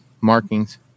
markings